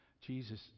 Jesus